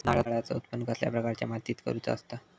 नारळाचा उत्त्पन कसल्या प्रकारच्या मातीत करूचा असता?